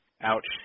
Ouch